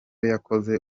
yakoze